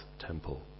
temple